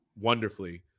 wonderfully